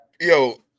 yo